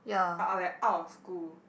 ah like out of school